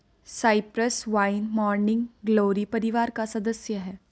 Cyprus wine morning glory परिवार की सदस्य हैं